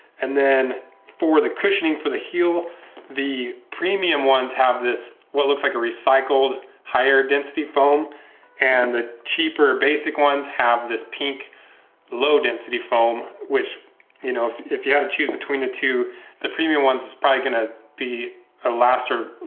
and then for the cushioning for the heel the premium ones have this what looks like a recycled higher density foam and the cheaper basic ones have this pink low density foam which you know if if you have a tube between the two the premium ones is probably going to be a laster